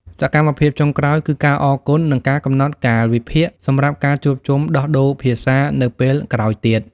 សកម្មភាពចុងក្រោយគឺការអរគុណ និងការកំណត់កាលវិភាគសម្រាប់ការជួបជុំដោះដូរភាសានៅពេលក្រោយទៀត។